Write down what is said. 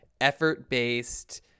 effort-based